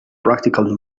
practical